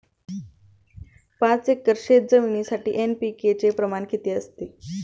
पाच एकर शेतजमिनीसाठी एन.पी.के चे प्रमाण किती असते?